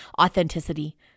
authenticity